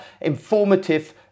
informative